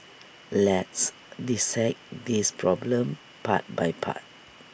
let's dissect this problem part by part